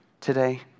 today